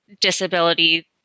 disability